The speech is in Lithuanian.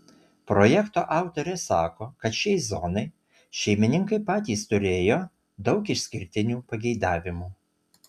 projekto autorė sako kad šiai zonai šeimininkai patys turėjo daug išskirtinių pageidavimų